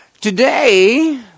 Today